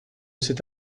cet